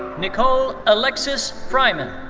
nicole alexis frieman.